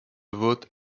votes